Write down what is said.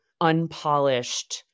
unpolished